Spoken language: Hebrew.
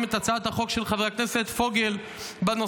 את הצעת החוק של חבר הכנסת פוגל בנושא,